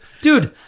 dude